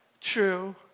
true